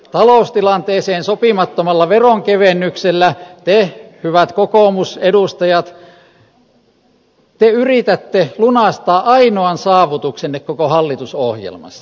taloustilanteeseen sopimattomalla veronkevennyksellä te hyvät kokoomusedustajat yritätte lunastaa ainoan saavutuksenne koko hallitusohjelmassa